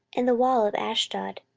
and the wall of ashdod,